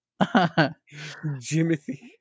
Jimothy